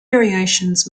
variations